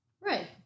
Right